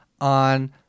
on